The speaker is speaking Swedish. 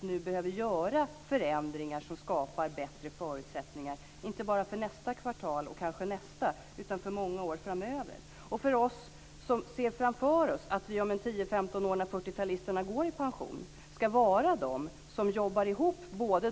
Vi behöver nu göra förändringar som skapar bättre förutsättningar inte bara för nästa och kanske nästa kvartal utan för många år framöver. Om 10-15 år, när 40-talisterna går i pension ska de yrkesverksamma både jobba ihop